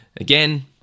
Again